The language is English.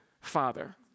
father